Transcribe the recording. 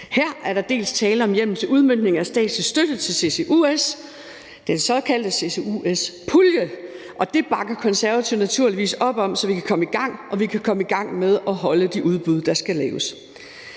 Her er der dels tale om hjemmel til udmøntning af statslig støtte til CCUS, den såkaldte CCUS-pulje, og det bakker Konservative naturligvis op om, så vi kan komme i gang med at holde de udbud, der skal laves;